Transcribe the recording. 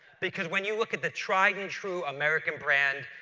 because when you look at the tried and true american brand,